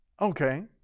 Okay